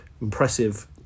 impressive